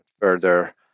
further